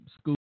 school